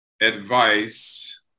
advice